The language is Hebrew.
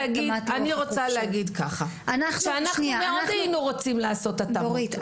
אנחנו מאוד היינו רוצים לעשות התאמות.